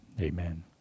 Amen